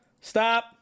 Stop